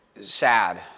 sad